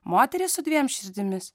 moteris su dviem širdimis